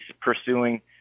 pursuing